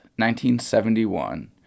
1971